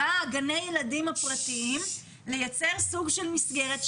בגני הילדים הפרטיים לייצר סוג של מסגרת.